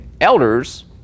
Elders